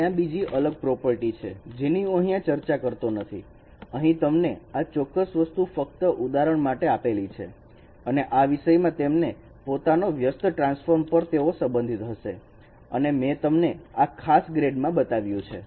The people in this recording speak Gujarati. ત્યાં બીજી અલગ પ્રોપર્ટી છે જેની હું અહીંયા ચર્ચા કરતો નથી અહીં તમને આ ચોક્કસ વસ્તુ ફક્ત ઉદાહરણ માટે આપેલી છે અને આ વિષયમાં તેમને પોતાના વ્યસ્ત ટ્રાન્સફોર્મ પર તેઓ સંબંધિત હશે અને મેં તમને આ ખાસ ગ્રેડ માં બતાવ્યું છે